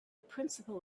principle